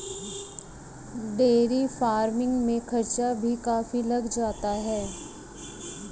dairy farming में खर्चा भी काफी लग जाता है